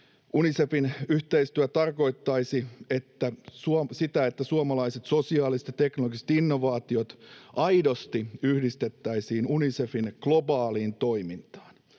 Unicefin yhteistyö tarkoittaisi sitä, että suomalaiset sosiaaliset ja teknologiset innovaatiot aidosti yhdistettäisiin Unicefin globaaliin toimintaan.